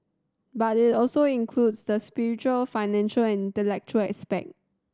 but it also includes the spiritual financial and intellectual aspect